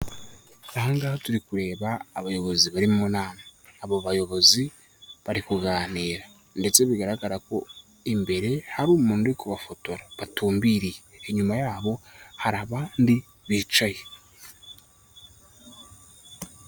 Aha ngaha turi kureba abayobozi bari mu nama, abo bayobozi bari kuganira ndetse bigaragara ko imbere hari umuntu uri kubafotora batumbiriye inyuma yabo hari abandi bicaye.